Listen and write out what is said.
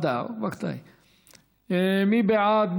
מי בעד?